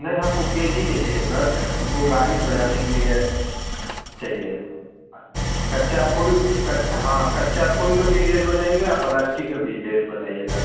नहीं हम को के जी में चाहिए सर हम को गाड़ी सजाने के लिए चाहिए कच्चा फूल कच्चा हाँ कच्चा फूल को भी रेट बताइएगा और प्लास्टिक के भी रेट बताइएगा